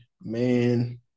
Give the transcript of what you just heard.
man